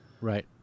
Right